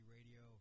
Radio